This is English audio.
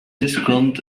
discount